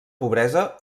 pobresa